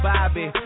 Bobby